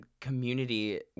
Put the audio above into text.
community